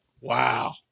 Wow